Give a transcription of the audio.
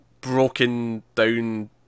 broken-down